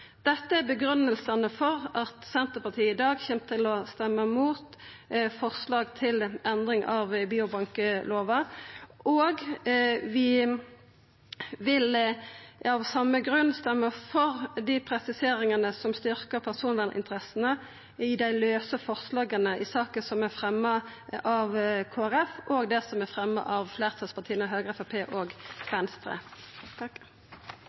Dette er grunngivingane for at Senterpartiet i dag kjem til å stemma imot forslag til endring av biobanklova, og vi vil av same grunn stemma for dei presiseringane som styrkjer personverninteressene i dei lause forslaga i saka – både det som er fremja av Kristeleg Folkeparti, og det som er fremja av fleirtalspartia Høgre, Framstegspartiet og